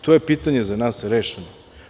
To je pitanje za nas rešeno.